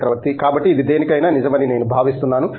చక్రవర్తి కాబట్టి ఇది దేనికైనా నిజమని నేను భావిస్తున్నాను